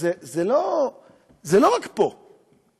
זה לא רק פה.